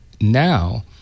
now